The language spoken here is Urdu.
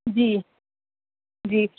جی جی